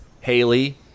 Haley